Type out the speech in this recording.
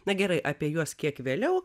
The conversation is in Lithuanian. na gerai apie juos kiek vėliau